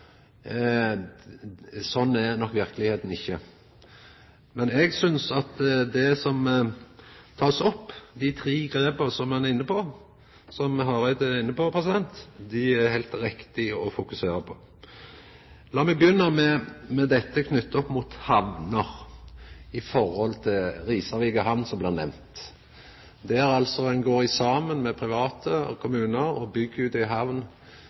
er nok verkelegheita ikkje. Men eg synest at dei tre grepa som Hareide er inne på, er heilt riktige å fokusera på. Lat meg begynna med dette knytt opp mot hamner, i forhold til Risavika hamn, som blei nemnd, der ein altså går saman med private og kommunar og byggjer ut